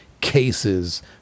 cases